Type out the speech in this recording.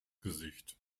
gesicht